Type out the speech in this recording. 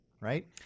right